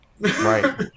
Right